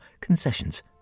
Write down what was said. concessions